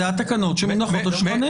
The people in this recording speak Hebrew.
אלה התקנות שמונחות על שולחננו.